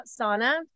sauna